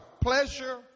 pleasure